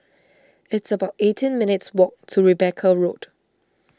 it's about eighteen minutes' walk to Rebecca Road